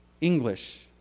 English